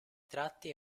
tratti